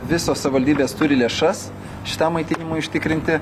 visos savivaldybės turi lėšas šitam maitinimui užtikrinti